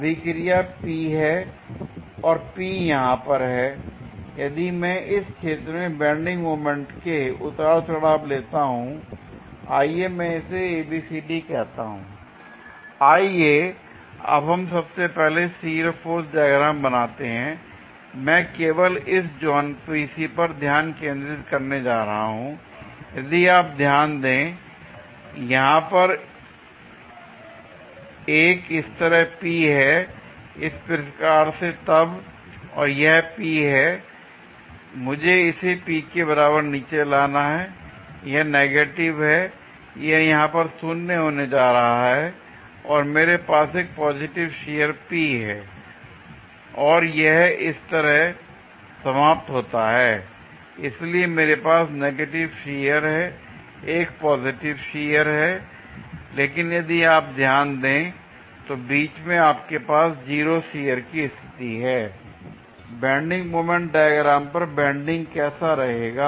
अभीक्रिया P है और P यहां पर है l यदि मैं इस क्षेत्र में बेंडिंग मोमेंट के उतार चढ़ाव लेता हूं आइए मैं इसे A BCD कहता हूं l आइए अब हम सबसे पहले शियर फोर्स डायग्राम बनाते हैं मैं केवल इस जोन BC पर ध्यान केंद्रित करने जा रहा हूं l यदि आप ध्यान दें यहां पर एक इस तरह P है इस प्रकार से और तब यह P है और मुझे इसे P के बराबर नीचे लाना है l यह नेगेटिव है और यह यहां पर शून्य होने जा रहा है और मेरे पास एक पॉजिटिव शियर P है और यह इस तरह समाप्त होता है l इसलिए मेरे पास नेगेटिव शियर है और एक पॉजिटिव शियर है लेकिन यदि आप ध्यान दें तो बीच में आपके पास 0 शियर की स्थिति है l बेंडिंग मोमेंट डायग्राम पर बैंडिंग कैसा रहेगा